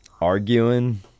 arguing